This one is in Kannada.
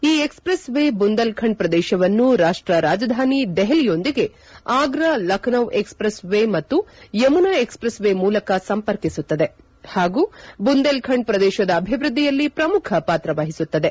ಈ expressway Bundelkhand ಪ್ರದೇಶವನ್ನು ರಾಷ್ಟ ರಾಜಧಾನಿ ದೆಹಲಿಯೊಂದಿಗೆ Agra Lucknow expressway ಮತ್ತು ಯಮುನಾ ಎಕ್ಸ್ ಪ್ರೇಸ್ ವೇ ಮೂಲಕ ಸಂಪರ್ಕಿಸತ್ತದೆ ಪಾಗೂ ಬುಂದೇಲ್ ಖಂಡ್ ಪ್ರದೇಶದ ಅಭಿವೃದ್ಧಿಯಲ್ಲಿ ಪ್ರಮುಖ ಪಾತ್ರವಹಿಸುತ್ತದೆ